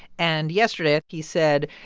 and yesterday, he said,